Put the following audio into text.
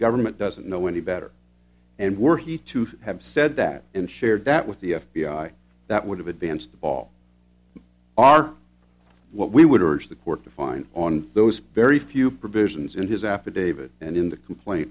government doesn't know any better and were he to have said that and shared that with the f b i that would have advanced the ball our what we would urge the court to find on those very few provisions in his affidavit and in the complaint